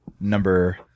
number